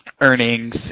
earnings